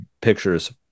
pictures